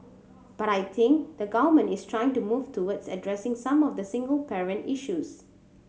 but I think the Government is trying to move towards addressing some of the single parent issues